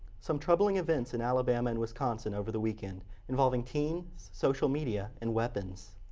some troubling events in alabama and wisconsin over the weekend involving teens, social media and weapons.